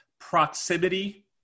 proximity